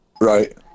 Right